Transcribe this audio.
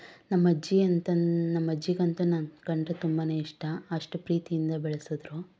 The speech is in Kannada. ನಮ್ಮ ಅಜ್ಜಿ ಅಂತ ನಮ್ಮ ಅಜ್ಜಿಗಂತೂ ನನ್ನ ಕಂಡರೆ ತುಂಬಾನೇ ಇಷ್ಟ ಅಷ್ಟು ಪ್ರೀತಿಯಿಂದ ಬೆಳೆಸಿದ್ರು